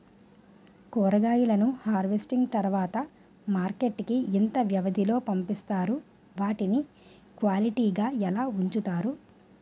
కూరగాయలను హార్వెస్టింగ్ తర్వాత మార్కెట్ కి ఇంత వ్యవది లొ పంపిస్తారు? వాటిని క్వాలిటీ గా ఎలా వుంచుతారు?